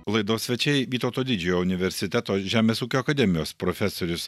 laidos svečiai vytauto didžiojo universiteto žemės ūkio akademijos profesorius